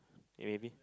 maybe